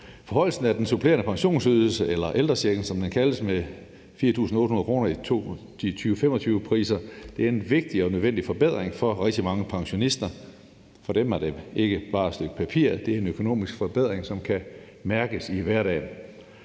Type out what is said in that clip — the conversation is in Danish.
Forhøjelsen af den supplerende pensionsydelse – eller ældrechecken, som den kaldes – med 4.800 kr. i 2025-priser er en vigtig og nødvendig forbedring for rigtig mange pensionister. For dem er det ikke bare et stykke papir; det er en økonomisk forbedring, som kan mærkes i hverdagen.